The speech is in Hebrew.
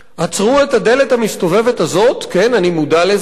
עִצרו את הדלת המסתובבת הזאת, כן, אני מודע לזה,